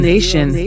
Nation